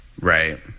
Right